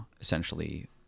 essentially